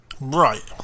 right